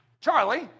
Charlie